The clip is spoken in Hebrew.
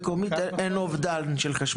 ככל שאתה מייצר חשמל מקומית אין אובדן של חשמל,